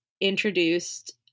introduced